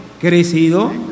crecido